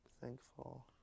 Thankful